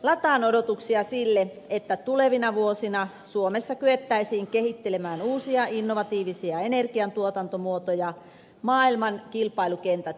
lataan odotuksia sille että tulevina vuosina suomessa kyettäisiin kehittelemään uusia innovatiivisia energiantuotantomuotoja maailman kilpailukentät huomioiden